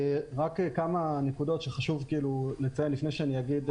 רק כמה נקודות שחשוב לציין לפני שאני אגיד את מה שיש לי להגיד.